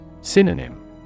Synonym